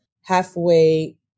halfway